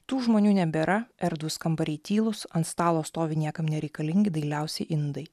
tų žmonių nebėra erdvūs kambariai tylūs ant stalo stovi niekam nereikalingi dailiausi indai